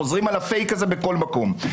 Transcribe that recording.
חוזרים על הפייק הזה בכל מקום.